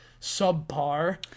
subpar